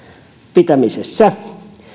pitämisessä